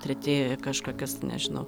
treti į kažkokias nežinau